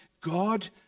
God